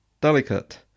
delicate